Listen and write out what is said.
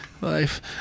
life